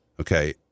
Okay